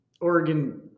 Oregon